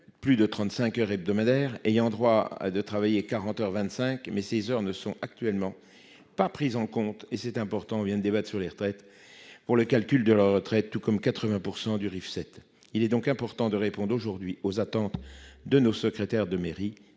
Plus de 35 heures hebdomadaires ayant droit à de travailler 40 heures 25 mai ces heures ne sont actuellement pas pris en compte et c'est important vient débat sur les retraites pour le calcul de la retraite, tout comme 80% du Rif cette. Il est donc important de répondent aujourd'hui aux attentes de nos secrétaires de mairie